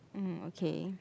mmhmm okay